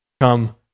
come